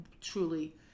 truly